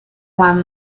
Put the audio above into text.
juan